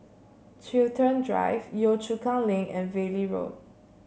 Chiltern Drive Yio Chu Kang Link and Valley Road